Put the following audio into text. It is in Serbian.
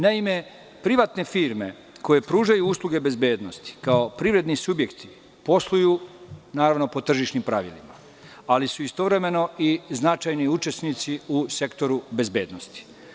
Naime, privatne firme, koje pružaju usluge bezbednosti, kao privredni subjekti posluju naravno po tržišnim pravilima, ali su istovremeno i značajni učesnici u sektoru bezbednosti.